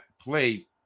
play